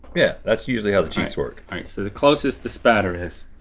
yeah, that's usually how the cheats work. all right so the closest the spatter is.